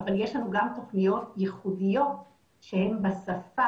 אבל יש לנו גם תוכניות ייחודיות שהן בשפה